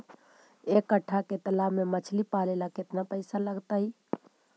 एक कट्ठा के तालाब में मछली पाले ल केतना पैसा लगतै?